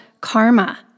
karma